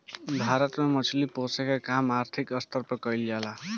भारत में मछली पोसेके के काम आर्थिक स्तर पर कईल जा ला